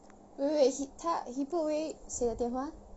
wait wait wait he 他 he put away 谁的电话